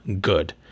good